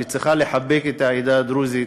שהיא צריכה לחבק את העדה הדרוזית.